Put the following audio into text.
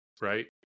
right